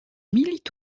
milite